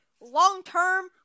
Long-term